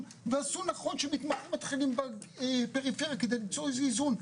ועשו נכון שמתחילים בפריפריה כדי למצוא איזון.